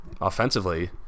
offensively